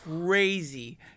Crazy